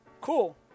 Cool